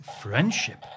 friendship